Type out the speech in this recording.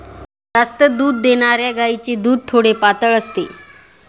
जास्त दूध देणाऱ्या गायीचे दूध थोडे पातळ असते